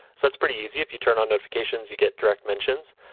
so it's pretty easy if you turn on notifications, you get direct mentions.